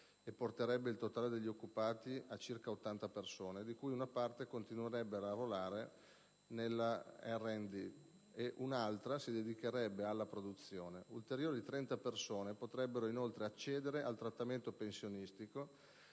e porterebbe il totale degli occupati a circa 80, parte dei quali continuerebbe a lavorare con la R&D, mentre un'altra si dedicherebbe alla produzione; ulteriori 30 persone potrebbero inoltre accedere al trattamento pensionistico